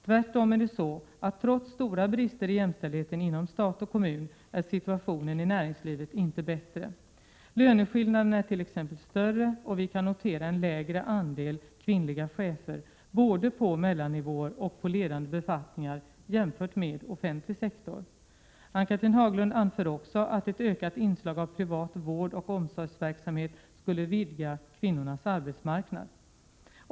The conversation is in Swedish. Tvärtom är det så, att trots stora brister i jämställdheten inom stat och kommun är situationen i näringslivet inte bättre. Löneskillnaderna är t.ex. större och vi kan notera en lägre andel kvinnliga chefer både på mellannivåer och på ledande befattningar jämfört med offentlig sektor. Ann-Cathrine Haglund anför också att ett ökat inslag av privat vård och omsorgsverksamhet skulle vidga kvinnornas arbetsmarknad.